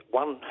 one